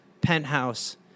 penthouse